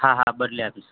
હાંહાં બદલ્યા